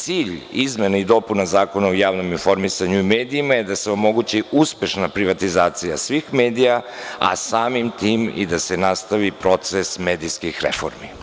Cilj izmena i dopuna Zakona o javnom informisanju i medijima je da se omogući uspešna privatizacija svih medija, a samim tim i da se nastavi proces medijskih reformi.